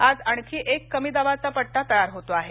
आज आणखी एक कमी दाबाचा पट्टा तयार होतो आहे